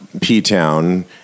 P-Town